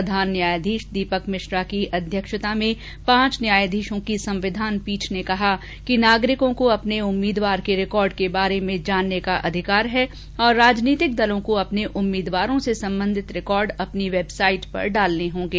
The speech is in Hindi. प्रधान न्यायाधीशदीपक मिश्रा की अध्यक्षता में पांच न्यायाधीशों की संविधान पीठ ने कहा कि नागरिकोंको अपने उम्मीदवार के रिकॉर्ड के बारे में जानने का अधिकार है और राजनीतिक दलों कोअपने उम्मीदवारों से संबंधित रिकॉर्ड अपनी वेबसाइट पर डालने होंगे